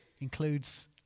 includes